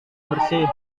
bersih